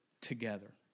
together